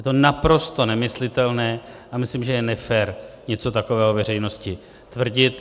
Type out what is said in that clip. Je to naprosto nemyslitelné a myslím že nefér něco takového veřejnosti tvrdit.